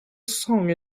song